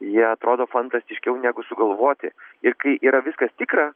jie atrodo fantastiškiau negu sugalvoti ir kai yra viskas tikra